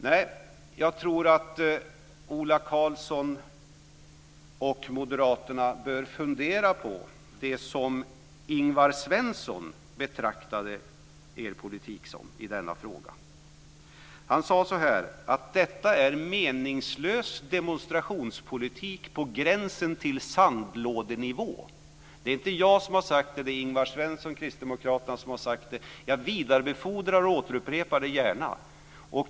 Nej, jag tror att Ola Karlsson och Moderaterna bör fundera på det som Ingvar Svensson betraktade er politik i denna fråga som. Han sade så här: Detta är meningslös demonstrationspolitik på gränsen till sandlådenivå. Det är inte jag som har sagt det. Det är Ingvar Svensson, Kristdemokraterna, som har sagt det. Men jag vidarebefordrar och återupprepar det gärna.